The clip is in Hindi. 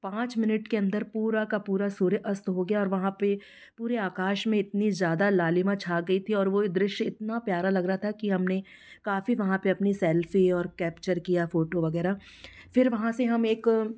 पाँच मिनट के अंदर पूरा का पूरा सूर्य अस्त हो गया और वहाँ पर पूरे आकाश में इतनी ज़्यादा लालिमा छा गई थी और वो दृश्य इतना प्यारा लग रहा था कि हमने काफ़ी वहाँ पर अपनी सेल्फ़ी और कैप्चर किया फोटो वगैरह फिर वहाँ से हम एक